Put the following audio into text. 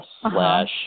slash